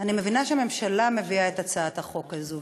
אני מבינה שהממשלה מביאה את הצעת החוק הזו,